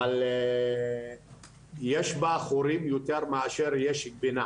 אבל יש בה חורים יותר מאשר תוכן שיש ביניהם.